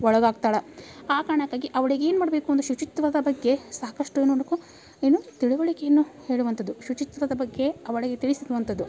ಒಳಗಾಗ್ತಾಳೆ ಆ ಕಾರಣಕ್ಕಾಗಿ ಅವ್ಳಿಗೇನು ಮಾಡಬೇಕು ಒಂದು ಶುಚಿತ್ವದ ಬಗ್ಗೆ ಸಾಕಷ್ಟು ಏನು ಮಾಡಬೇಕು ಏನು ತಿಳುವಳಿಕೆಯನ್ನು ಹೇಳುವಂಥದ್ದು ಶುಚಿತ್ವದ ಬಗ್ಗೆ ಅವಳಿಗೆ ತಿಳಿಸಿರುವಂಥದ್ದು